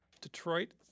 Detroit